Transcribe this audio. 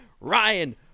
Ryan